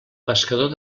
pescador